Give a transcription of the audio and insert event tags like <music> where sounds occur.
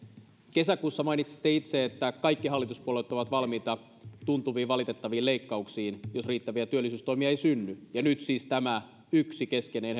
kesäkuussa mainitsitte itse että kaikki hallituspuolueet ovat valmiita tuntuviin valitettaviin leikkauksiin jos riittäviä työllisyystoimia ei synny ja nyt siis tämä yksi keskeinen <unintelligible>